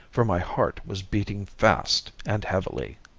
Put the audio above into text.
for my heart was beating fast and heavily